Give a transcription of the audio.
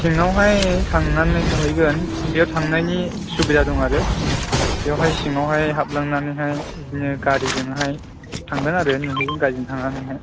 सिङावहाय थांनानै नुहैगोन बेयाव थांनायनि सुबिदा दं आरो बियावहाय सिङावहाय हाब्लांनानैहाय बिदिनो गारिजोंहाय थांगोन आरो नुहैगोन गारिजों थांनानैहाय